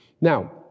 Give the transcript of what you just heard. Now